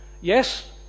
yes